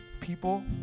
people